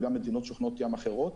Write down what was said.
וגם מדינות שוכנות ים אחרות,